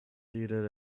seated